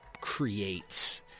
creates